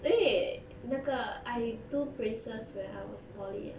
wait 那个 I do braces when I was poly ah